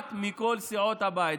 כמעט מכל סיעות הבית,